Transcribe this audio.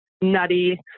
nutty